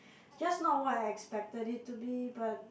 just now what I expected it to be but